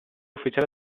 ufficiale